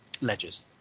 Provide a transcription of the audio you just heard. Ledger's